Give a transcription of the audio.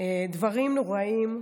דברים נוראיים.